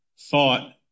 thought